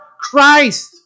Christ